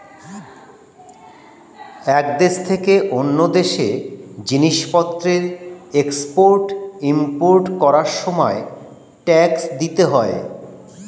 এক দেশ থেকে অন্য দেশে জিনিসপত্রের এক্সপোর্ট ইমপোর্ট করার সময় ট্যাক্স দিতে হয়